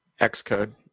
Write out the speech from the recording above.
Xcode